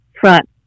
front